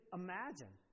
imagine